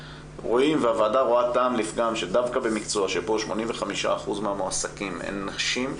הוועדה רואה טעם לפגם שדווקא במקצוע שבו 85% מהמועסקים הן נשים,